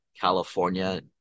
California